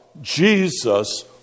Jesus